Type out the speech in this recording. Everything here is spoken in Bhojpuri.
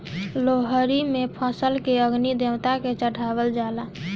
लोहड़ी में फसल के अग्नि देवता के चढ़ावल जाला